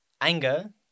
anger